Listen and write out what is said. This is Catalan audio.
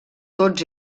tots